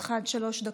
לרשותך עד שלוש דקות.